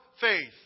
faith